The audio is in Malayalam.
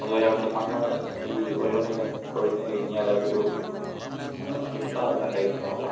അതുപോലെ അവിടത്തെ മണ്ണ് ഈ വെള്ളം വീണ് കുഴഞ്ഞ് കഴിഞ്ഞാൽ അതൊരു സ്ലിപ്പാവുന്ന ടൈപ്പിലുള്ള